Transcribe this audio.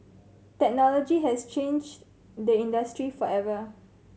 technology has changed the industry forever